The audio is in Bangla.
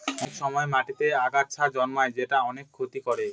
অনেক সময় মাটিতেতে আগাছা জন্মায় যেটা অনেক ক্ষতি করে